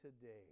today